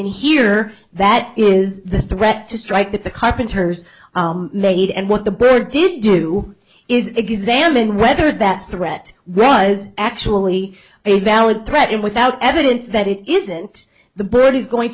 in here that is the threat to strike that the carpenters made and what the bird did do is examine whether that threat was actually a valid threat and without evidence that it isn't the bird is going